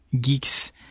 geeks